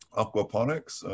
aquaponics